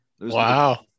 Wow